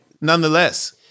Nonetheless